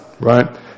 right